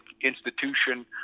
institution